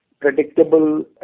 predictable